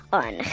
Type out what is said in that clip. on